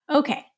Okay